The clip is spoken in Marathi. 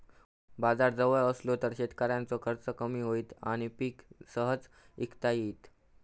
बाजार जवळ असलो तर शेतकऱ्याचो खर्च कमी होईत आणि पीक सहज इकता येईत